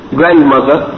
grandmother